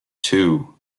two